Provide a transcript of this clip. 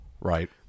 Right